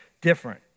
different